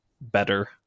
better